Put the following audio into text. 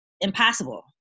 impossible